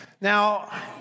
Now